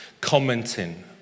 commenting